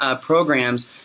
programs